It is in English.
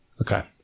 Okay